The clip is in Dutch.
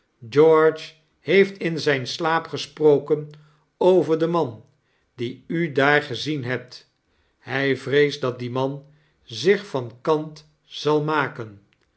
george heeft in zijn slaap gesproken over den man dien u daar gezien hebt hij vreest dat die man zich van kant zal maken